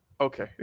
Okay